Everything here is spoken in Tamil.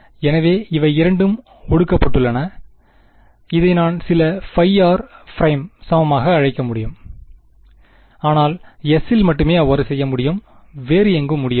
எனவே இவை இரண்டும் ஒடுக்கப்பட்டுள்ளன இதை நான் சில phi r prime phi r prime சமமாக அழைக்க முடியும் ஆனால் எஸ் இல் மட்டுமே அவ்வாறு செய்ய முடியும் வேறு எங்கும் முடியாது